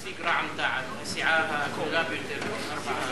הסיעה הגדולה ביותר,